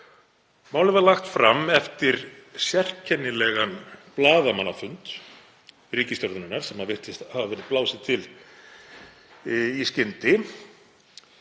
Málið var lagt fram eftir sérkennilegan blaðamannafund ríkisstjórnarinnar sem virtist hafa verið blásið til í skyndi.